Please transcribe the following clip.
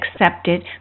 accepted